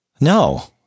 No